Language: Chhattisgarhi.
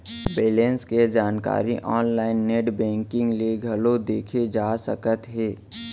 बेलेंस के जानकारी आनलाइन नेट बेंकिंग ले घलौ देखे जा सकत हे